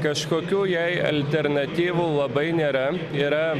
kažkokių jai alternatyvų labai nėra yra